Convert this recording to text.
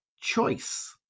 choice